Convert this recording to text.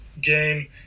game